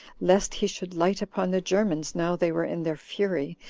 lest he should light upon the germans now they were in their fury,